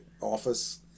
office